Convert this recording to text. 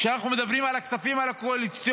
כשאנחנו מדברים על הכספים הקואליציוניים,